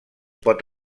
pot